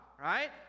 right